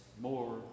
more